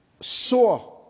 saw